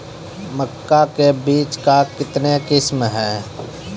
मक्का के बीज का कितने किसमें हैं?